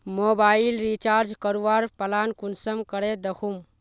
Mobile recharge करवार plan कुंसम करे दखुम?